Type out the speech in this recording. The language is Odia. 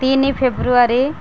ତିନି ଫେବୃଆାରୀ